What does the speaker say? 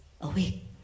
awake